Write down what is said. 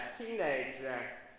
teenager